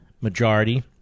majority